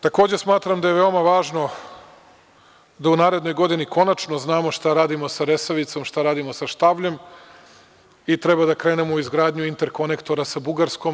Takođe smatram da je veoma važno da u narednoj godini konačno znamo šta radimo sa Resavicom, šta radimo sa Štavljem i treba da krenemo u izgradnju interkonektora sa Bugarskom.